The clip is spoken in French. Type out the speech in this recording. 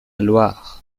loire